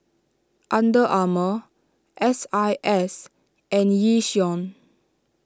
Under Armour S I S and Yishion